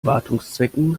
wartungszwecken